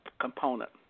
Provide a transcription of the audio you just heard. component